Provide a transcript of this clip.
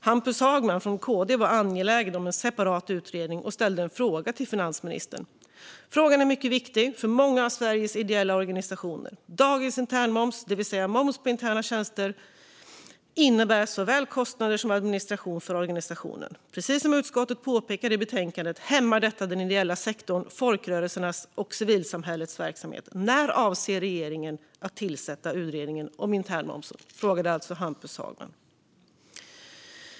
Hampus Hagman från KD var angelägen om en separat utredning och ställde en fråga till finansministern: "Frågan är mycket viktig för många av Sveriges ideella organisationer. Dagens internmoms, det vill säga moms på interna tjänster . innebär såväl kostnader som administration för organisationen. Precis som utskottet påpekar i betänkandet hämmar detta den ideella sektorn, folkrörelsernas och civilsamhällets verksamhet. När avser regeringen att tillsätta utredningen om internmomsen?"